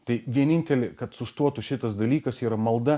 tai vienintelė kad sustotų šitas dalykas yra malda